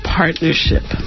partnership